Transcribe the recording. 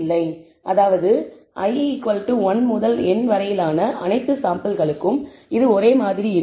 அதாவது i 1 முதல் n வரையிலான அனைத்து சாம்பிள்களுக்கும் இது ஒரே மாதிரி இருக்கும்